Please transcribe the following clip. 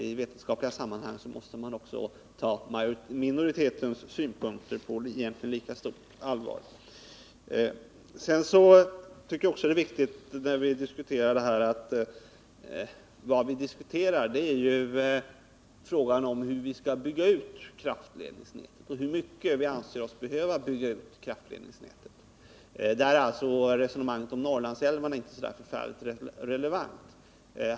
I vetenskapliga sammanhang måste man egentligen också ta minoritetens synpunkter på lika stort allvar. Vad vi diskuterar är ju hur vi skall bygga ut kraftledningsnätet och hur mycket vi behöver bygga ut det. Då är resonemanget om Norrlandsälvarna inte särskilt relevant.